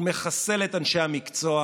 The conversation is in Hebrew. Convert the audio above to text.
הוא מחסל את אנשי המקצוע,